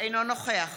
אינו נוכח